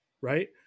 Right